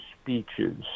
speeches